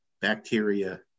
bacteria